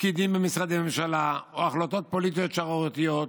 פקידים במשרדי ממשלה או החלטות פוליטיות שערורייתיות,